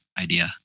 idea